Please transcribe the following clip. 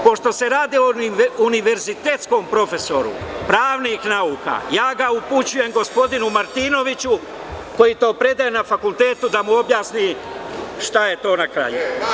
Pošto se radi o univerzitetskom profesoru pravnih nauka, ja ga upućujem gospodinu Martinoviću, koji to predaje na fakultetu, da mu objasni šta je to na kraju.